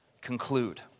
conclude